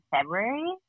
February